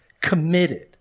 committed